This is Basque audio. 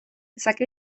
izaki